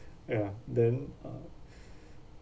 ya then uh